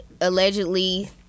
allegedly